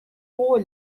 قول